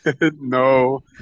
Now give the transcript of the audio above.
No